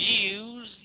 views